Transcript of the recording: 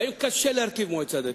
והיום קשה להרכיב מועצה דתית.